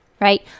Right